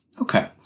Okay